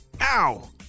Ow